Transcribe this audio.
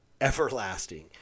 everlasting